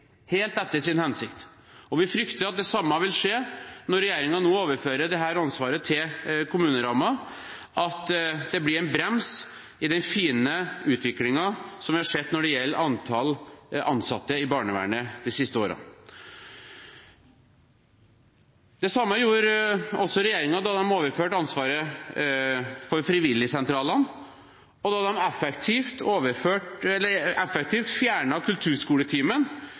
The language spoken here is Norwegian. helt etter sin hensikt. Og vi frykter at det samme vil skje når regjeringen nå overfører dette ansvaret til kommunerammen, at det blir en brems i den fine utviklingen vi har sett når det gjelder antall ansatte i barnevernet de siste årene. Det samme gjorde også regjeringen da de overførte ansvaret for frivilligsentralene, og da de effektivt fjernet kulturskoletimen,